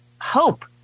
hope